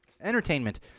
Entertainment